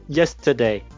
yesterday